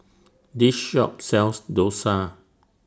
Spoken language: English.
This Shop sells Dosa